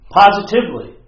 positively